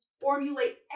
formulate